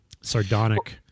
sardonic